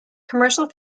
commercial